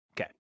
okay